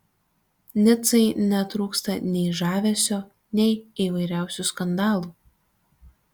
nicai netrūksta nei žavesio nei įvairiausių skandalų